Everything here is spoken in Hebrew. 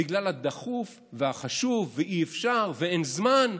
בגלל הדחוף והחשוב ואי-אפשר ואין זמן.